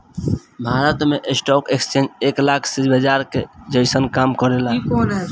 भारत में stock exchange एक लेखा से बाजार के जइसन काम करेला